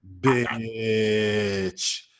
Bitch